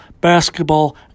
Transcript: basketball